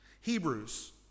Hebrews